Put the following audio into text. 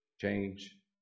change